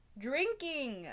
drinking